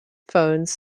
phones